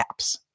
apps